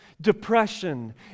Depression